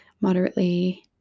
moderately